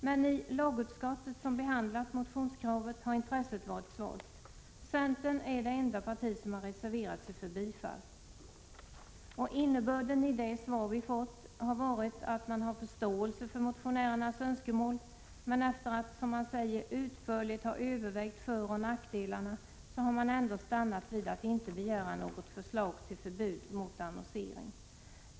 Men i lagutskottet, som har behandlat motionskravet, har intresset varit svalt. Centern är det enda parti som har reserverat sig för bifall. Innebörden i det svar vi har fått har varit att man har förståelse för motionärernas önskemål. Men efter att, som man säger, utförligt ha övervägt föroch nackdelarna, har man ändå stannat vid att inte begära något förslag till förbud mot annonsering.